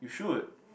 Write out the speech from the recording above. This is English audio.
you should